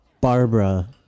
Barbara